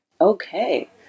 Okay